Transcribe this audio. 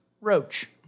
Roach